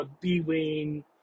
B-Wing